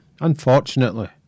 unfortunately